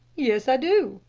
yes, i do,